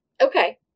Okay